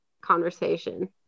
conversation